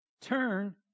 turn